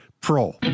pro